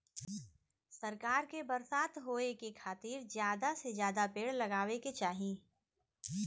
सरकार के बरसात होए के खातिर जादा से जादा पेड़ लगावे के चाही